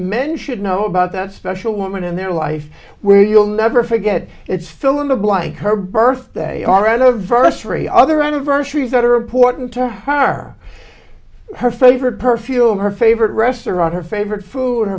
men should know about that special woman in their life where you'll never forget it's fill in the blank her birthday already of verse three other anniversaries that are important to her are her favorite perfume her favorite restaurant her favorite food